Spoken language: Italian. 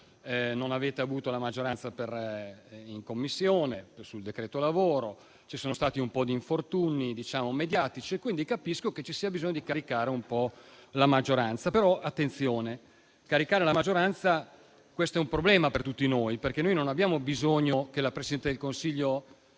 non avete avuto la maggioranza in Commissione sul decreto lavoro; ci sono stati un po' di infortuni mediatici, per cui capisco che ci sia bisogno di caricare un po' la maggioranza. Bisogna però fare attenzione, perché caricare la maggioranza è un problema per tutti noi: non abbiamo bisogno, infatti, che la Presidente del Consiglio